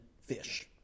fish